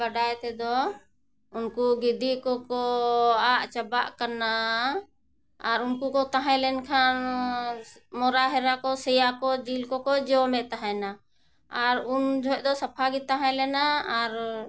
ᱵᱟᱰᱟᱭ ᱛᱮᱫᱚ ᱩᱱᱠᱩ ᱜᱤᱫᱤ ᱠᱚᱠᱚ ᱟᱫ ᱪᱟᱵᱟᱜ ᱠᱟᱱᱟ ᱟᱨ ᱩᱱᱠᱩ ᱠᱚ ᱛᱟᱦᱮᱸ ᱞᱮᱱ ᱠᱷᱟᱱ ᱢᱚᱨᱟ ᱦᱮᱨᱟ ᱠᱚ ᱥᱮᱭᱟ ᱠᱚ ᱡᱤᱞ ᱠᱚᱠᱚ ᱡᱚᱢᱮ ᱛᱟᱦᱮᱱᱟ ᱟᱨ ᱩᱱ ᱡᱷᱚᱡ ᱫᱚ ᱥᱟᱯᱷᱟ ᱜᱮ ᱛᱟᱦᱮᱸ ᱞᱮᱱᱟ ᱟᱨ